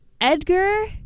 Edgar